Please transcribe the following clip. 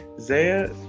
Zaya